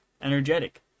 energetic